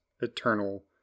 eternal